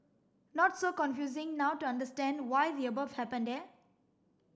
not so confusing now to understand why the above happened eh